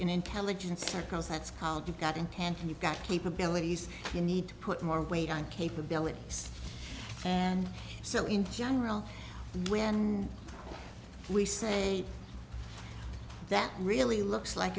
in intelligence circles that's called you've got intent you've got capabilities you need to put more weight on capabilities and so in general when we say that really looks like